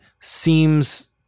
seems